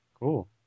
Cool